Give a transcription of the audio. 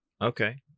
Okay